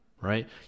right